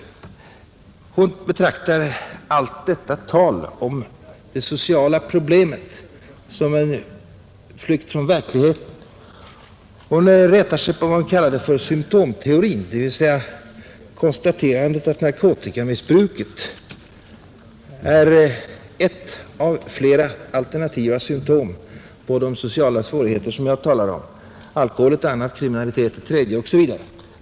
Hon betraktar allt tal om den sociala bakgrunden till problemen som en flykt från verkligheten. Hon retar sig på vad hon kallar symtomteorin, dvs. konstaterandet att narkotikamissbruket är ett av flera alternativa symtom på de sociala svårigheter som jag talade om; alkohol är ett annat, kriminalitet ett tredje osv.